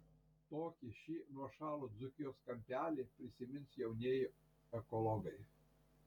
tokį šį nuošalų dzūkijos kampelį prisimins jaunieji ekologai